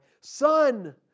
Son